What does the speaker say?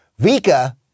vika